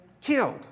killed